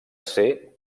ser